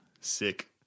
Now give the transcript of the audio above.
Sick